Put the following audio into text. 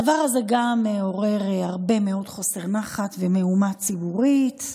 גם הדבר הזה מעורר הרבה מאוד חוסר נחת ומהומה ציבורית.